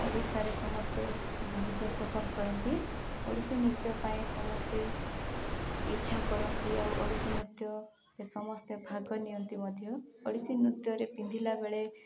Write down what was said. ଓଡ଼ିଶାରେ ସମସ୍ତେ ବହୁତ ପସନ୍ଦ କରନ୍ତି ଓଡ଼ିଶୀ ନୃତ୍ୟ ପାଇଁ ସମସ୍ତେ ଇଚ୍ଛା କରନ୍ତି ଆଉ ଓଡ଼ିଶୀ ନୃତ୍ୟରେ ସମସ୍ତେ ଭାଗ ନିଅନ୍ତି ମଧ୍ୟ ଓଡ଼ିଶୀ ନୃତ୍ୟରେ ପିନ୍ଧିଲା ବେଳେ